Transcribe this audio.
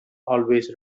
always